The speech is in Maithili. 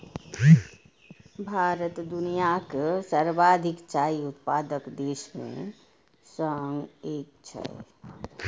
भारत दुनियाक सर्वाधिक चाय उत्पादक देश मे सं एक छियै